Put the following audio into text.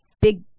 big